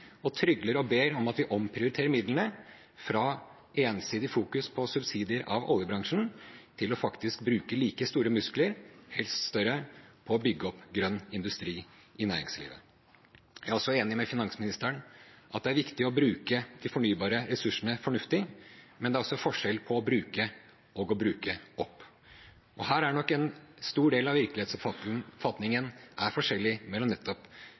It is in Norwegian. og trygler og ber om at vi omprioriterer midlene fra ensidig å fokusere på subsidier av oljebransjen til faktisk å bruke like store muskler – helst større – på å bygge opp grønn industri i næringslivet. Jeg er også enig med finansministeren i at det er viktig å bruke de fornybare ressursene fornuftig, men det er forskjell på å bruke og å bruke opp. Her er nok en stor del av virkelighetsoppfatningen forskjellig mellom nettopp